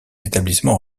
établissements